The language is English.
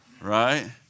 Right